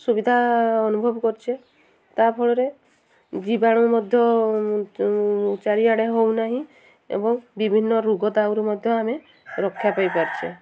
ସୁବିଧା ଅନୁଭବ କରୁଛେ ତା ଫଳରେ ଜୀବାଣୁ ମଧ୍ୟ ଚାରିଆଡ଼େ ହେଉନାହିଁ ଏବଂ ବିଭିନ୍ନ ରୋଗ ଦାଉରୁ ମଧ୍ୟ ଆମେ ରକ୍ଷା ପାଇପାରିଛେ